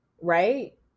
right